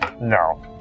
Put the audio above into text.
No